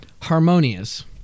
Harmonious